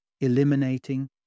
eliminating